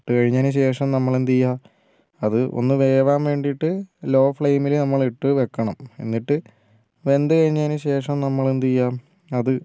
ഇട്ടു കഴിഞ്ഞതിനു ശേഷം നമ്മൾ എന്ത് ചെയ്യാ അത് ഒന്ന് വേകാൻ വേണ്ടിട്ട് ലോ ഫ്ലേമിൽ നമ്മൾ ഇട്ടുവെക്കണം എന്നിട്ട് വെന്തു കഴിഞ്ഞതിനു ശേഷം നമ്മൾ എന്ത് ചെയ്യാ അത്